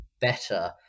better